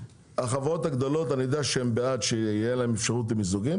החברות הגדולות אני יודע שהן בעד שיהיה להם אפשרות למיזוגים,